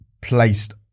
placed